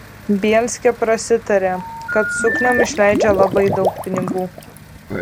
bielskė prasitarė kad sukniom išleidžia labai daug pinigų